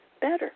better